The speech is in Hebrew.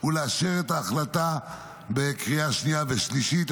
ולאשר את ההחלטה בקריאה שנייה ושלישית.